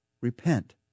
Repent